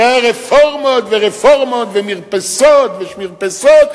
לא רפורמות ורפורמות ומרפסות ושמרפסות,